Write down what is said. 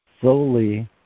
solely